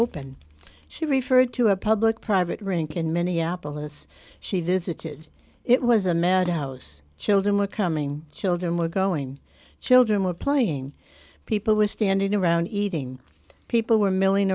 open she referred to a public private rink in minneapolis she visited it was a madhouse children were coming children were going children were playing people were standing around eating people were milling